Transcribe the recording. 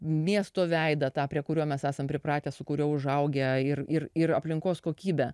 miesto veidą tą prie kurio mes esam pripratę su kuriuo užaugę ir ir ir aplinkos kokybę